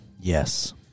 Yes